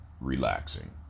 relaxing